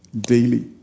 daily